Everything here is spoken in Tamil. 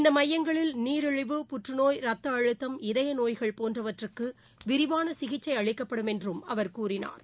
இந்தமையங்களில் நீரிழிவு புற்றுநோய் ரத்தழுத்தம் இதயநோய்கள் போன்றவற்றுக்குவிரிவானசிகிக்சைஅளிக்கப்படும் என்றும் அவா் கூறினாா்